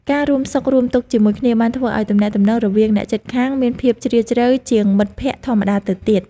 ការរួមសុខរួមទុក្ខជាមួយគ្នា បានធ្វើឱ្យទំនាក់ទំនងរវាងអ្នកជិតខាងមានភាពជ្រាលជ្រៅជាងមិត្តភក្តិធម្មតាទៅទៀត។